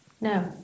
No